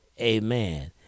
Amen